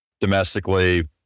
domestically